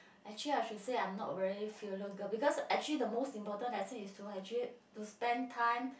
actually I should say I'm not very filial girl because actually the most important lesson is to actually to spend time